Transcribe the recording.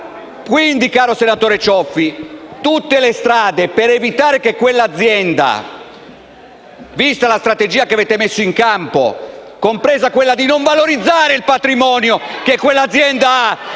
Quindi, caro senatore Cioffi, tutte le strade per evitare che quell'azienda, vista la strategia che avete messo in campo, compresa quella di non valorizzare il patrimonio che ha quell'azienda...*(Proteste